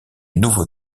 nouveau